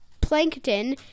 Plankton